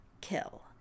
kill